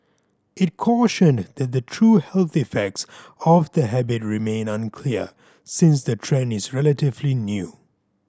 it cautioned that the true health effects of the habit remain unclear since the trend is relatively new